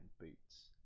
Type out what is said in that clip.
boots